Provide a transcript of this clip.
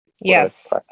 Yes